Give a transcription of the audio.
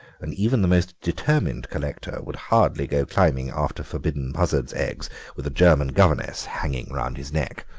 and even the most determined collector would hardly go climbing after forbidden buzzards' eggs with a german governess hanging round his neck,